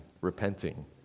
repenting